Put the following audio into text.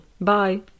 Bye